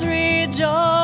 rejoice